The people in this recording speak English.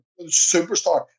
superstar